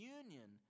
union